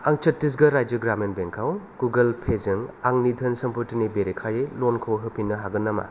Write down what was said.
आं चत्तिसगर राज्यो ग्रामिन बेंकआव गुगोलपेजों आंनि धोन सम्फटिनि बेरेखायै ल'नखौ होफिन्नो हागोन नामा